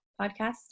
Podcast